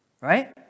right